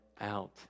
out